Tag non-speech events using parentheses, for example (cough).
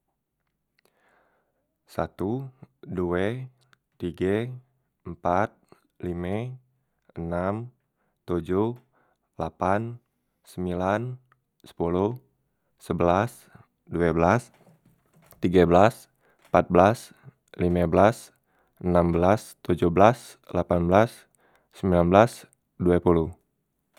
Satu, due, tige, empat, lime, enam, tojoh, lapan, sembilan, sepoloh, sebelas, due belas, (noise) tige belas, mpat belas, lime belas, enam belas, tojoh belas, lapan belas, sembilan belas, due poloh. (noise)